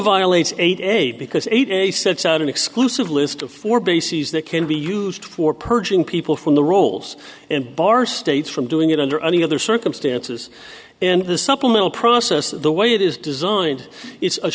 violates eight because eight a sets out an exclusive list of four bases that can be used for purging people from the rolls and bar states from doing it under any other circumstances and the supplemental process the way it is designed it